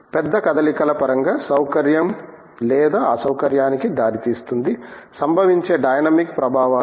పెద్ద కదలికల పరంగా సౌకర్యం లేదా అసౌకర్యానికి దారితీస్తుంది సంభవించే డైనమిక్ ప్రభావాలు